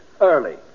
Early